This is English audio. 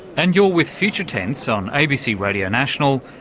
and you're with future tense on abc radio national,